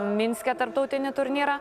minske tarptautinį turnyrą